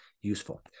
useful